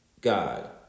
God